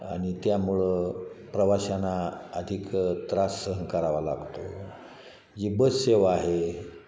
आणि त्यामुळं प्रवाश्यांना अधिक त्रास सहन करावा लागतो जी बस सेवा आहे